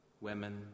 women